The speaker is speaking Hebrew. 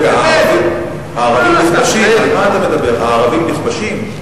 רגע, הערבים נכבשים?